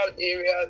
areas